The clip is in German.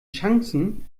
chancen